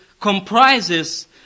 comprises